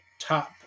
top